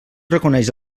reconeix